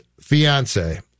fiance